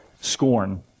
scorn